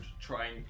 trying